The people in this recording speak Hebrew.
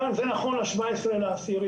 אנחנו מדברים על 60% שהיו אפס מאומתים,